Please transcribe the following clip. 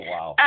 Wow